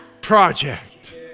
project